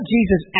Jesus